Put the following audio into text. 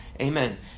Amen